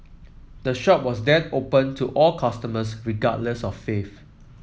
the shop was then opened to all customers regardless of faith